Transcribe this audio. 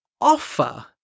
offer